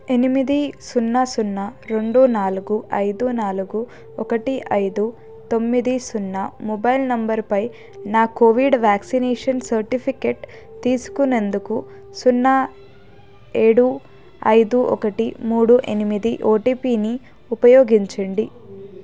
ఎనిమిది సున్నా సున్నా రెండు నాలుగు ఐదు నాలుగు ఒకటి ఐదు తొమ్మిది సున్నా మొబైల్ నంబరుపై నా కోవిడ్ వ్యాక్సినేషన్ సర్టిఫికేట్ తీసుకునేందుకు సున్నా ఏడు ఐదు ఒకటి మూడు ఎనిమిది ఓటీపీని ఉపయోగించండి